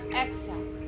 exhale